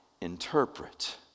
interpret